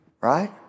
Right